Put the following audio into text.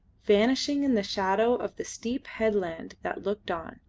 vanishing in the shadow of the steep headland that looked on,